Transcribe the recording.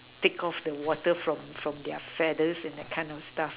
take off the water from from their feathers and that kind of stuff